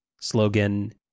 slogan